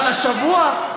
אבל השבוע,